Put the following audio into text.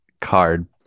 card